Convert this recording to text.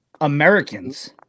Americans